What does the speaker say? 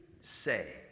say